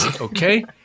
Okay